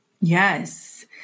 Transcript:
Yes